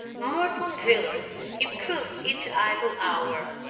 myrtle villers improved each idle hour,